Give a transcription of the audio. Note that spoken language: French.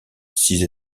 six